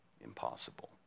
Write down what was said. impossible